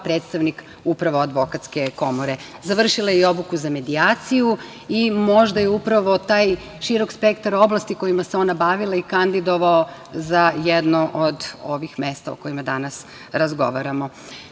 predstavnik upravo Advokatske komore. Završila i obuku za medijaciju i možda je upravo taj širok spektar oblasti kojima se ona bavila i kandidovao za jedno od ovih mesta o kojima danas razgovaramo. Što